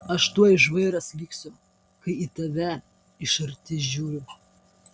aš tuoj žvairas liksiu kai į tave iš arti žiūriu